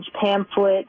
pamphlet